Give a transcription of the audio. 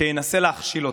שינסה להכשיל אותך.